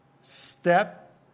step